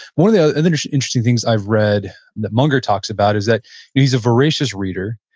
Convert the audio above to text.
one of the other interesting things i've read that munger talks about is that he's a voracious reader.